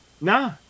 Nah